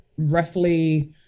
Roughly